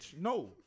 no